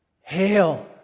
Hail